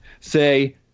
say